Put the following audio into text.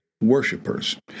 Worshippers